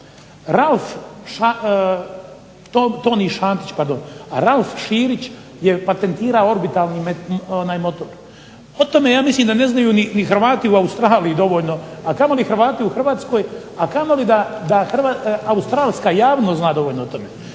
Ralph Širić je patentirao orbitalni motor. O tome ja mislim da ne znaju ni Hrvati u Australiji dovoljno, a kamoli Hrvati u Hrvatskoj, a kamoli da australska javnost zna dovoljno o tome.